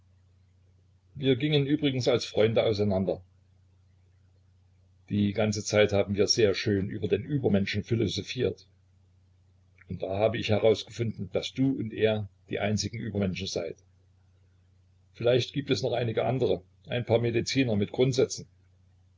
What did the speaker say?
wir gingen übrigens als freunde auseinander die ganze zeit haben wir sehr schön über den übermenschen philosophiert und da habe ich herausgefunden daß du und er die einzigen übermenschen seid vielleicht gibt es noch einige andre ein paar mediziner mit grundsätzen